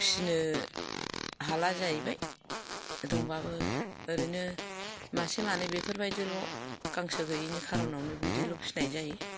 फिसिनो हाला जाहैबाय दंबाबो ओरैनो मासे मानै बेफोरबादिल' गांसो गैयैनि खार'नावनो बिदिल' फिसिनाय जायो